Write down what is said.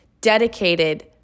dedicated